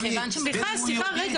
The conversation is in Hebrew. בין הוא יהודי,